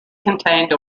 contained